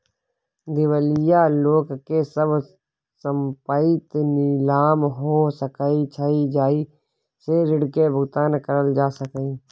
दिवालिया लोक के सब संपइत नीलाम हो सकइ छइ जइ से ऋण के भुगतान करल जा सकइ